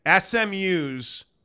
smu's